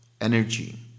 energy